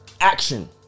action